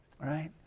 right